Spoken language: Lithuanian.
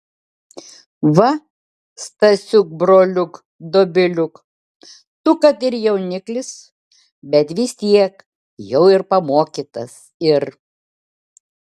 va stasiuk broliuk dobiliuk tu kad ir jauniklis bet vis tiek jau ir pamokytas ir